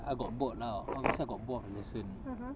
I got bored lah I myself got bored with the lesson